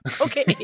Okay